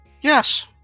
Yes